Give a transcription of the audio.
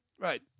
Right